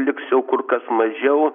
liks jau kur kas mažiau